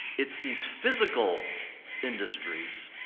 it's these physical industries,